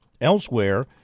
Elsewhere